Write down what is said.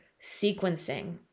sequencing